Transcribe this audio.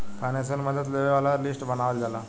financial मदद लेबे वाला लिस्ट बनावल जाला